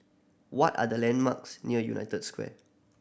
what are the landmarks near United Square